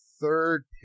third